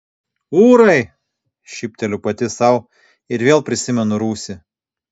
ūrai šypteliu pati sau ir vėl prisimenu rūsį